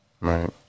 Right